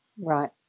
Right